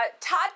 Todd